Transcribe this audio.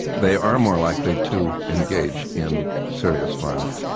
they are more likely to engage in serious violence.